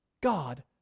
God